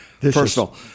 personal